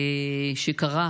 שקרא